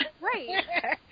Right